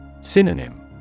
Synonym